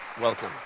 Welcome